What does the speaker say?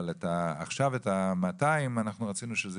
אבל עכשיו את ה-200 אנחנו רצינו שזה